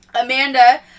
amanda